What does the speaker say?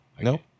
Nope